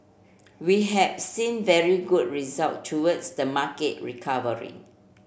we have seen very good results towards the market recovery